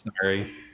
Sorry